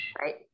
right